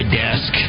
desk